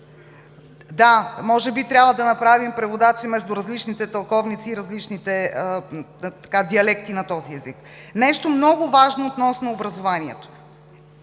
Да, може би трябва да направим преводачи между различните тълковници и различните диалекти на този език. Нещо много важно относно образованието.